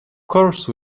course